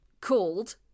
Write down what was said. called